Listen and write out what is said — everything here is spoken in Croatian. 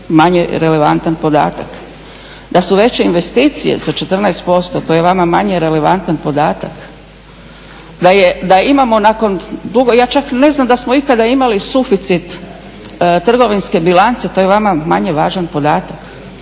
manje relevantan podatak? Da su veće investicije za 14% to je vama manje relevantan podatak? Da imamo nakon dugo, ja čak ne znam da smo ikada imali suficit trgovinske bilance, to je vama manje važan podatak?